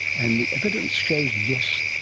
and the evidence shows yes,